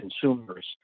consumers